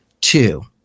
Two